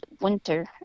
winter